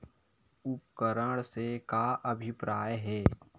उपकरण से का अभिप्राय हे?